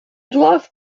doivent